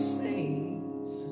saints